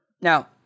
Now